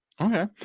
Okay